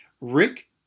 Rick